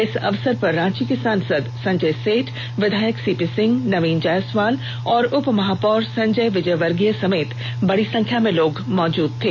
इस अवसर पर रांची के सांसद संजय सेठ विधायक सीपी सिंह नवीन जयसवाल और उपमहापौर संजय विजयवर्गीय समेत बड़ी संख्या में लोग मौजूद थे